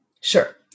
Sure